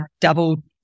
doubled